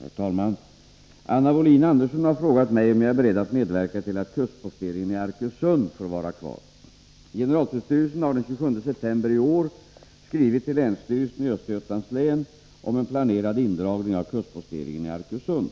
Herr talman! Anna Wohlin-Andersson har frågat mig om jag är beredd att medverka till att kustposteringen i Arkösund får vara kvar. Generaltullstyrelsen har den 27 september i år skrivit till länsstyrelsen i Östergötlands län om en planerad indragning av kustposteringen i Arkösund.